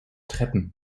treppen